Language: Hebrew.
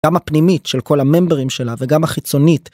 גם הפנימית של כל הממברים שלה וגם החיצונית.